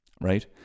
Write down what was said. right